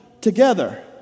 together